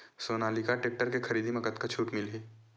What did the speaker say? Sonalika tractor के खरीदी मा कतका छूट मीलही?